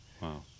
Wow